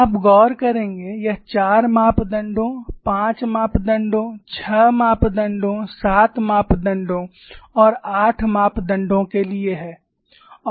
आप गौर करेंगे यह चार मापदंडों पांच मापदंडों छह मापदंडों सात मापदंडों और आठ मापदंडों के लिए है